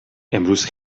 امروز